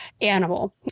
animal